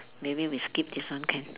maybe we skip this one can